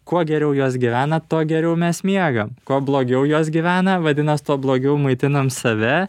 kuo geriau jos gyvena tuo geriau mes miegam kuo blogiau jos gyvena vadinas tuo blogiau maitinam save